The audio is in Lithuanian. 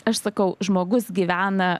aš sakau žmogus gyvena